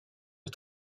est